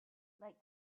like